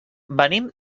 venim